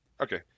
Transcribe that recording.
Okay